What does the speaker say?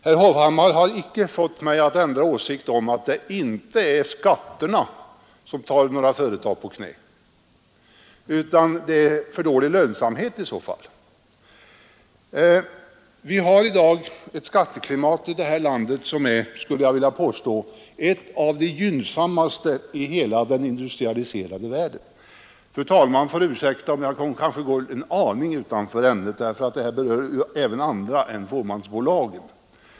Herr Hovhammar har inte fått mig att ändra åsikt om huruvida skatterna bringar några företag på knä. Det är nog snarare fråga om dålig lönsamhet. Vi har i dag ett skatteklimat här i landet som — det skulle jag vilja påstå — är bland de gynnsammaste i hela den industrialiserade världen. Fru talmannen kanske ursäktar mig om jag går en aning utanför ämnet — det här berör ju även andra än fåmansbolagen.